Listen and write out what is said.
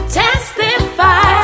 testify